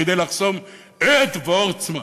כדי לחסום את וורצמן.